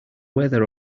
weather